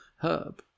herb